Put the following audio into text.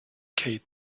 kate